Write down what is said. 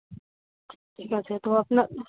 ঠিক আছে তো আপনার